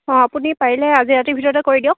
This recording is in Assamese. অঁ আপুনি পাৰিলে আজি ৰাতিৰ ভিতৰতে কৰি দিয়ক